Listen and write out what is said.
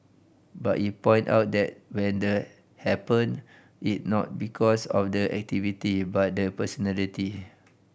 but he point out that when the happen it not because of the activity but the personality